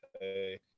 hey